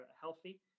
healthy